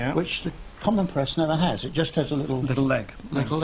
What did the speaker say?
which the common press never has, it just has a little. a little leg.